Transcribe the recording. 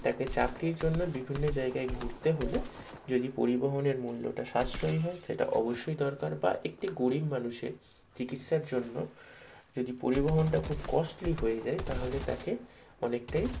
তাকে চাকরির জন্য বিভিন্ন জায়গায় ঘুরতে হলে যদি পরিবহনের মূল্যটা সাশ্রয়ী হয় সেটা অবশ্যই দরকার বা একটি গরীব মানুষের চিকিৎসার জন্য যদি পরিবহনটা খুব কস্টলি হয়ে যায় তাহলে তাকে অনেকটাই